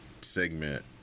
segment